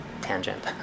tangent